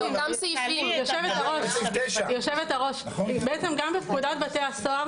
יושבת הראש, גם בפקודת בתי הסוהר